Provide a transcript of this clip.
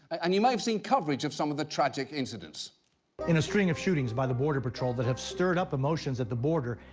and you may have seen coverage of some of the tragic incidents. man in a string of shootings by the border patrol that have stirred up emotions at the border,